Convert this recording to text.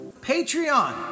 Patreon